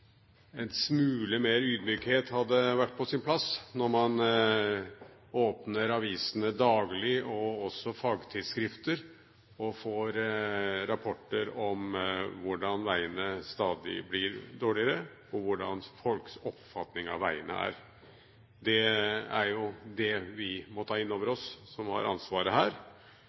en smule mer ydmykhet hadde vært på sin plass, når man åpner avisene daglig – også fagtidsskrifter – og får rapporter om hvordan veiene stadig blir dårligere, og hvordan folks oppfatning av veiene er. Det er jo det vi som har ansvaret her, må ta inn over oss.